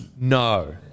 No